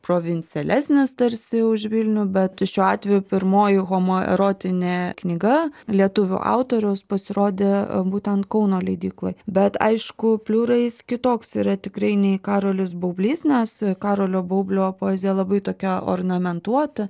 provincialesnis tarsi už vilnių bet šiuo atveju pirmoji homoerotinė knyga lietuvių autoriaus pasirodė būtent kauno leidykloj bet aišku pliura jis kitoks yra tikrai nei karolis baublys nes karolio baublio poezija labai tokia ornamentuota